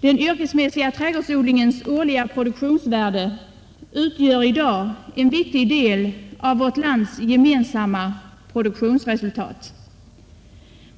Den yrkesmässiga trädgårdsodlingens årliga produktionsvärde utgör i dag en viktig del av vårt lands sammanlagda produktionsresultat.